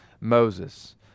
Moses